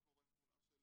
אנחנו רואים תמונה של